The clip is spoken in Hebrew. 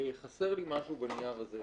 חסר לי משהו בנייר הזה,